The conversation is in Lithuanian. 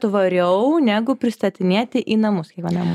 tvariau negu pristatinėti į namus kiekvienam